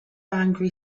angry